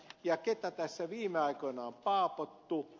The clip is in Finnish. ja ketä tässä viime aikoina on paapottu